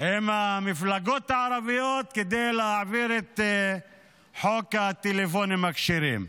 עם המפלגות הערביות כדי להעביר את חוק הטלפונים הכשרים.